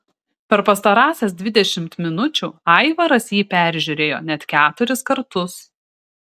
per pastarąsias dvidešimt minučių aivaras jį peržiūrėjo net keturis kartus